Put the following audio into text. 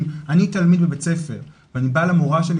אם אני תלמיד בבית ספר ואני בא למורה שלי